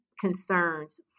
concerns